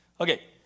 Okay